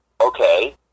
okay